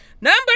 Number